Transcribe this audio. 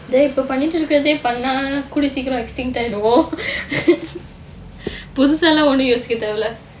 இப்ப பண்ணிக்கிட்டு இருக்கிறதே பண்ண கூட சீக்கிரம்:ippa pannikkittu irukkirathae pannaa kuda seekkiram extinct ஆகிருவோம் புதுசாலாம் ஒன்னும் யோசிக்க தேவை இல்ல:aakiruvom puthusaalaam onnum yosikka tevai illa